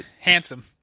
Handsome